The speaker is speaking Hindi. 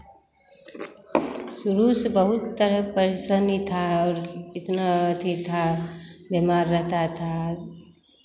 शुरू से बहुत तरह का परेशानी था और इतना अथी था बीमार रहता था